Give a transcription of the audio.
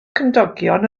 cymdogion